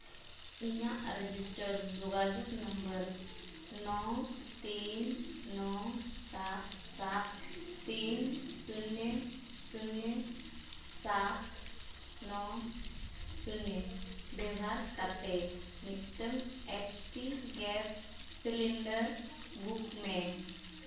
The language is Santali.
ᱤᱧᱟᱹᱜ ᱨᱮᱡᱤᱥᱴᱟᱨ ᱡᱳᱜᱟᱡᱳᱜᱽ ᱱᱟᱢᱵᱟᱨ ᱱᱚ ᱛᱤᱱ ᱱᱚ ᱥᱟᱛ ᱥᱟᱛ ᱛᱤᱱ ᱥᱩᱱᱱᱚ ᱥᱩᱱᱱᱚ ᱥᱩᱱᱱᱚ ᱥᱟᱛ ᱱᱚ ᱥᱩᱱᱱᱚ ᱵᱮᱵᱚᱦᱟᱨ ᱠᱟᱛᱮᱫ ᱢᱤᱫᱴᱟᱱ H P gas cylinder book ᱢᱮ